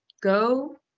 go